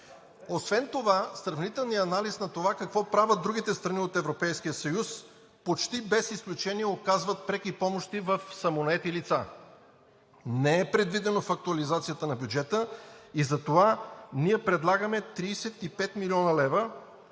Освен това сравнителният анализ на това какво правят другите страни от Европейския съюз – почти без изключение оказват преки помощи на самонаети лица. Не е предвидено в актуализацията на бюджета и затова ние предлагаме 35 млн. лв.,